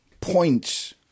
points